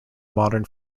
modern